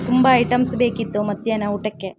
ತುಂಬ ಐಟಮ್ಸ್ ಬೇಕಿತ್ತು ಮಧ್ಯಾಹ್ನ ಊಟಕ್ಕೆ